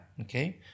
Okay